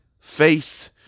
face